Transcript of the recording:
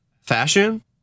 fashion